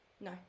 No